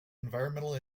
environmental